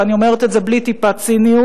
ואני אומרת את זה בלי טיפת ציניות,